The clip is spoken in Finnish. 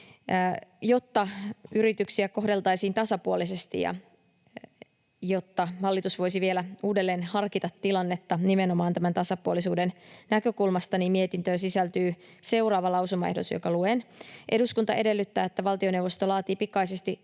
Jotta yrityksiä kohdeltaisiin tasapuolisesti ja jotta hallitus voisi vielä uudelleen harkita tilannetta nimenomaan tämän tasapuolisuuden näkökulmasta, mietintöön sisältyy seuraava lausumaehdotus, jonka luen: ”Eduskunta edellyttää, että valtioneuvosto laatii pikaisesti